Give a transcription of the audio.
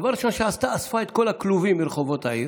והדבר הראשון שעשתה: אספה את כל הכלובים מרחובות העיר.